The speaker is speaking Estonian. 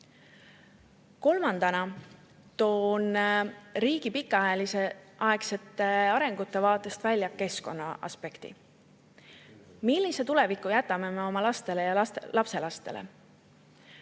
Kolmandana toon riigi pikaaegse arengu vaatest välja keskkonnaaspekti. Millise tuleviku jätame me oma lastele ja lastelastele?